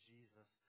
Jesus